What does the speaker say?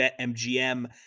BetMGM